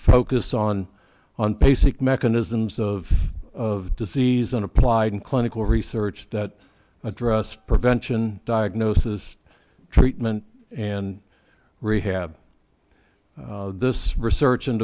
focus on on basic mechanisms of of disease and applied in clinical research that address prevention diagnosis treatment and rehab this research and